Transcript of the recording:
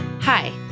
Hi